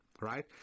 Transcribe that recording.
right